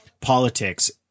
politics